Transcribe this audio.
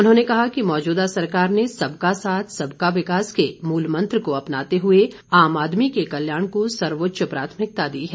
उन्होंने कहा कि मौजुदा सरकार ने सब का साथ सब का विकास के मुल मंत्र को अपनाते हुए आम आदमी के कल्याण को सर्वोच्च प्राथमिकता दी है